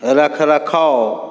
रख रखाव